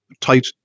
tight